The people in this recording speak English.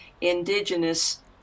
indigenous